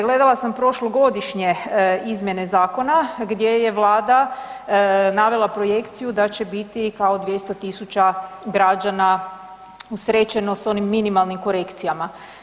Gledala sam prošlogodišnje izmjene zakona, gdje je Vlada navela projekciju da će biti kao 200 000 građana usrećeno sa onim minimalnim korekcijama.